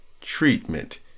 treatment